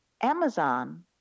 Amazon